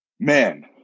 Man